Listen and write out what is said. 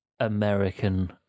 American